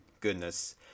goodness